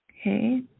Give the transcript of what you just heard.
Okay